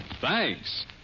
Thanks